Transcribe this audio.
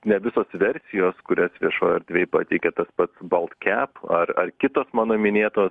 ne visos versijos kurias viešoj erdvėj pateikia tas pats baltkep ar ar kitos mano minėtos